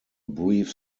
brief